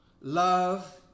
Love